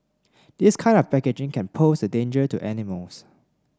this kind of packaging can pose a danger to animals